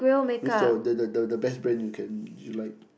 is your the the the the best brand you can you like